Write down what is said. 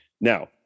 Now